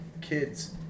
Kids